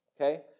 okay